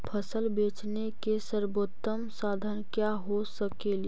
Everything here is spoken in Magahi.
फसल के बेचने के सरबोतम साधन क्या हो सकेली?